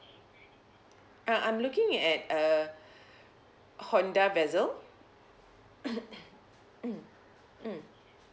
uh I'm looking at uh Honda Vezel mm mm